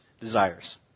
desires